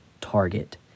target